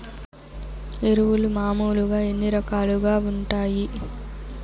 ఎరువులు మామూలుగా ఎన్ని రకాలుగా వుంటాయి?